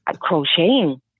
crocheting